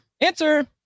answer